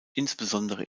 insbesondere